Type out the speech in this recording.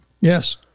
yes